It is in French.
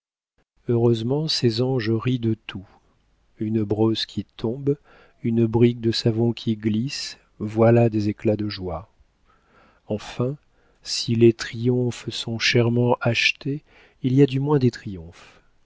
heureusement ces anges rient de tout une brosse qui tombe une brique de savon qui glisse voilà des éclats de joie enfin si les triomphes sont chèrement achetés il y a du moins des triomphes